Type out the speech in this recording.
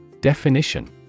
Definition